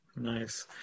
Nice